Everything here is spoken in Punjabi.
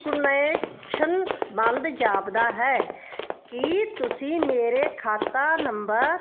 ਕੁਨੈਕਸ਼ਨ ਬੰਦ ਜਾਪਦਾ ਹੈ ਕੀ ਤੁਸੀਂ ਮੇਰੇ ਖਾਤਾ ਨੰਬਰ